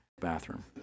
bathroom